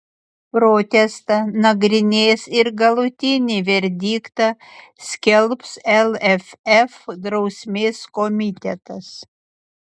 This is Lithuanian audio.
protestą nagrinės ir galutinį verdiktą skelbs lff drausmės komitetas